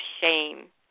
shame